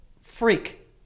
Freak